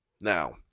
now